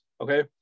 Okay